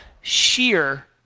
sheer